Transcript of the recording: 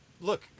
Look